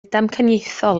damcaniaethol